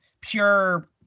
pure